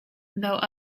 though